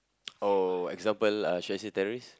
oh example uh should I say terrorist